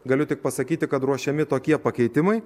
galiu tik pasakyti kad ruošiami tokie pakeitimai